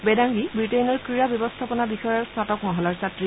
বেদাংগী বুটেইনৰ ক্ৰীড়া ব্যৱস্থাপনা বিষয়ৰ স্নাতক মহলাৰ ছাত্ৰী